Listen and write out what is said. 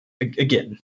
Again